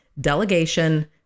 delegation